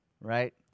right